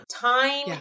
Time